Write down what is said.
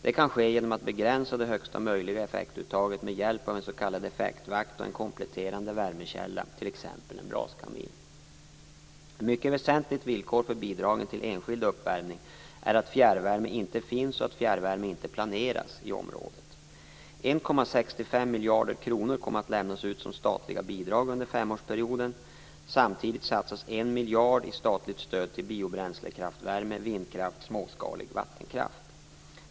Det kan ske genom att begränsa det högsta möjliga effektuttaget med hjälp av en s.k. effektvakt och en kompletterande värmekälla, t.ex. en braskamin. Ett mycket väsentligt villkor för bidragen till enskild uppvärmning är att fjärrvärme inte finns och att fjärrvärme inte planeras i området. 1,65 miljarder kronor kommer att lämnas ut som statliga bidrag under femårsperioden. Samtidigt satsas 1 miljard i statligt stöd till biobränslekraftvärme, vindkraft och småskalig vattenkraft.